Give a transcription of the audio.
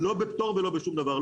לא בפטור ולא שום דבר.